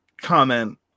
comment